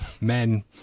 Men